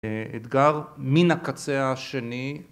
‫אתגר מן הקצה השני.